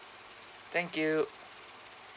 thank you